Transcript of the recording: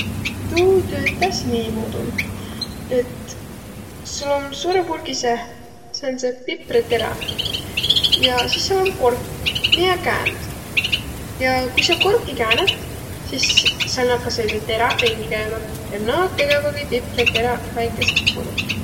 Tuu tüütäs niimuudu, et sul om suurõ purgi seeh säändseq piprõteräq ja sis sääl om kork, miä käänd. Ja kui sa korki käänät, sis sääl nakkasõq teräq ringi käümä. Ja naaq tegevägi piprateräq väikeses purus.